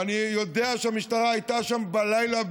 ואני יודע שהמשטרה הייתה שם בלילה,